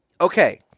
Okay